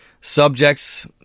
subjects